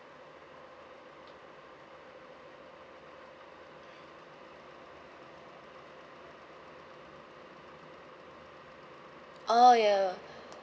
oh ya